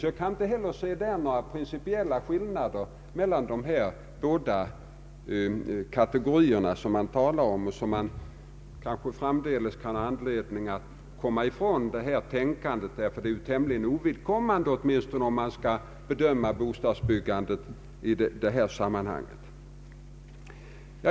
Jag kan inte anse att det är några principiella skillnader mellan dessa båda kategorier av bostadshus. Jag hoppas att man framdeles kommer ifrån detta tänkande, ty husens framställningssätt är tämligen ovidkommande vid bedömningen av bostadsbyggandet i detta sammanhang.